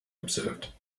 observed